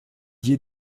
dié